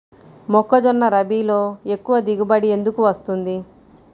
మొక్కజొన్న రబీలో ఎక్కువ దిగుబడి ఎందుకు వస్తుంది?